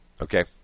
Okay